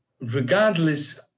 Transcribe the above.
regardless